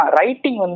Writing